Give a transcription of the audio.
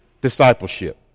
discipleship